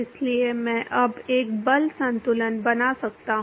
इसलिए मैं अब एक बल संतुलन बना सकता हूं